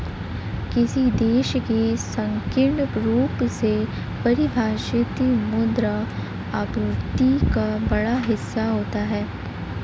किसी देश की संकीर्ण रूप से परिभाषित मुद्रा आपूर्ति का बड़ा हिस्सा होता है